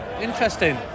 Interesting